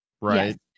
right